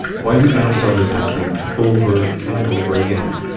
weizenbaum saw this happening over and over again.